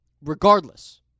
regardless